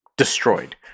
Destroyed